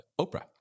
Oprah